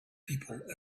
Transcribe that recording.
people